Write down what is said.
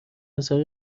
پسره